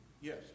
yes